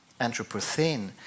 Anthropocene